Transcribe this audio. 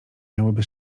miałyby